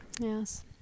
Yes